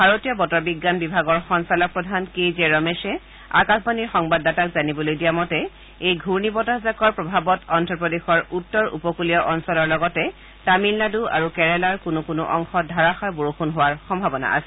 ভাৰতীয় বতৰ বিজ্ঞান বিভাগৰ সঞালকপ্ৰধান কে জে ৰমেশে আকাশবাণীৰ সংবাদদাতাক জানিবলৈ দিয়া মতে এই ঘূৰ্ণি বতাহ জাকৰ প্ৰভাৱত অদ্ধপ্ৰদেশৰ উত্তৰ উপকলীয় অঞ্চলৰ লগতে তামিলনাড় আৰু কেৰালাৰ কোনো কোনো অংশত ধাৰাসাৰ বৰষুণ হোৱাৰ সম্ভাৱনা আছে